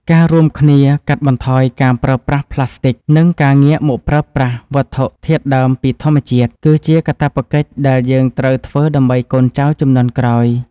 ការរួមគ្នាកាត់បន្ថយការប្រើប្រាស់ប្លាស្ទិក និង ការងាកមកប្រើប្រាស់វត្ថុធាតុដើមពីធម្មជាតិ គឺជាកាតព្វកិច្ចដែលយើងត្រូវធ្វើដើម្បីកូនចៅជំនាន់ក្រោយ។